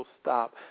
stop